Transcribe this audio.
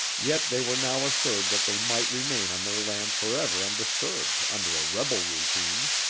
yet they were now assured that they might remain on their lands forever undisturbed, under a rebel regime.